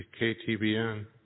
ktbn